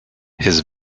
his